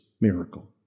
miracle